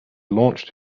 launched